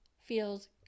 feels